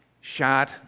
shot